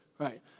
Right